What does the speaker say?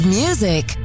music